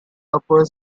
upper